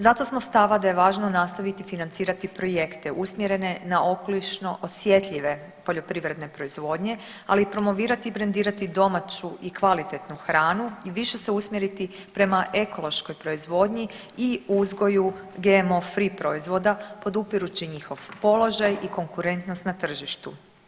Zato smo stava da je važno nastaviti financirati projekte usmjerene na okolišno osjetljive poljoprivredne proizvodnje, ali i promovirati i brendirati domaću i kvalitetnu hranu i više se usmjeriti prema ekološkoj proizvodnji i uzgoju GMO free proizvoda podupirući njihov položaj i konkurentnost na tržištu.